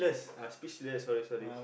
ah speechless sorry sorry